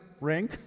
ring